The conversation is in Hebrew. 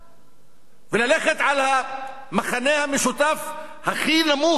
וללכת על המכנה המשותף הכי נמוך, הכי שפל.